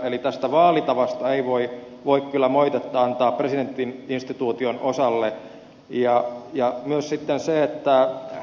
eli tästä vaalitavasta ei voi kyllä moitetta antaa presidentti instituution osalle ja ja sitten se että